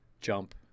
jump